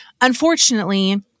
unfortunately—